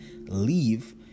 leave